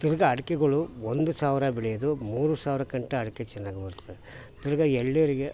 ತಿರ್ಗಿ ಅಡ್ಕೆಗಳು ಒಂದು ಸಾವಿರ ಬೆಳೆಯೋದು ಮೂರು ಸಾವಿರಗಂಟ ಅಡಿಕೆ ಚೆನ್ನಾಗಿ ಬರ್ತದೆ ತಿರ್ಗಿ ಎಳನೀರಿಗೆ